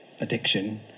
addiction